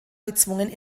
gezwungen